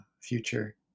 future